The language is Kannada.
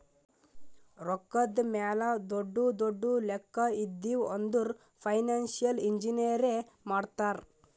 ರೊಕ್ಕಾದ್ ಮ್ಯಾಲ ದೊಡ್ಡು ದೊಡ್ಡು ಲೆಕ್ಕಾ ಇದ್ದಿವ್ ಅಂದುರ್ ಫೈನಾನ್ಸಿಯಲ್ ಇಂಜಿನಿಯರೇ ಮಾಡ್ತಾರ್